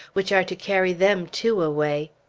which are to carry them too away.